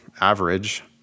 average